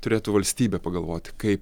turėtų valstybė pagalvot kaip